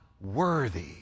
worthy